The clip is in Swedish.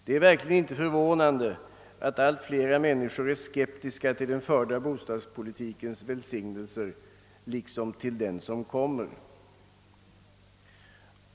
Det är verkligen inte förvånande att alltfler blir skeptiska till den förda bostadspolitikens välsignelser liksom till den kommande politiken.